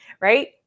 right